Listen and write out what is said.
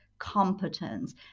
competence